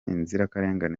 inzirakarengane